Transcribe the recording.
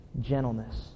gentleness